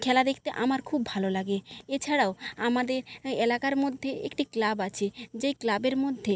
খেলা দেকতে আমার খুব ভালো লাগে এছাড়াও আমাদের এলাকার মধ্যে একটি ক্লাব আছে যেই ক্লাবের মধ্যে